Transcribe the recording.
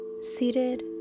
seated